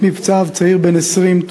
מת מפצעיו צעיר בן 20,